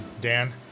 Dan